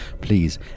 please